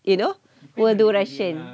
you know will do russian